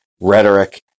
rhetoric